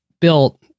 built